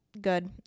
good